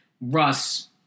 Russ